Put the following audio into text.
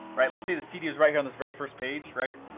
right, let's say the cd was right here on this very first page right,